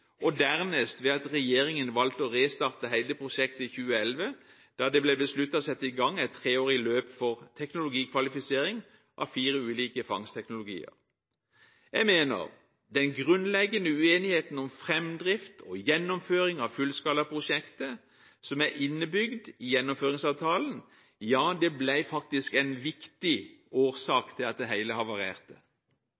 og dernest ved at regjeringen valgte å restarte hele prosjektet i 2011, da det ble besluttet å sette i gang et treårig løp for teknologikvalifisering av fire ulike fangstteknologier. Jeg mener den grunnleggende uenigheten om framdrift og gjennomføring av fullskalaprosjektet, som er innebygd i Gjennomføringsavtalen, faktisk ble en viktig